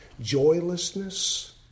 joylessness